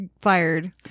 fired